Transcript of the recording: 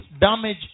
damage